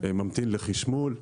ממתין לחשמול,